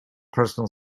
personal